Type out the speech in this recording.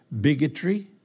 bigotry